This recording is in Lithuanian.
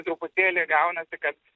truputėlį gaunasi kad